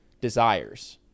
desires